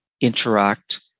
interact